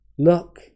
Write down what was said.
Look